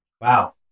Wow